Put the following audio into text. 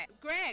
greg